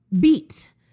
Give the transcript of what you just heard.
beat